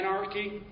anarchy